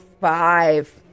Five